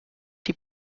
die